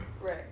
Right